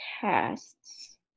casts